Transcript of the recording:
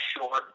short